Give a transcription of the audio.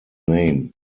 name